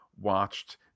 watched